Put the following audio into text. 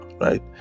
right